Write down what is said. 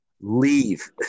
leave